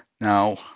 Now